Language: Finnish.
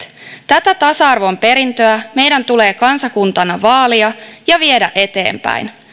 tätä tasa arvon perintöä meidän tulee kansakuntana vaalia ja viedä eteenpäin